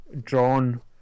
drawn